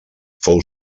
fou